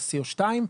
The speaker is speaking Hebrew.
על CO2,